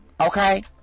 okay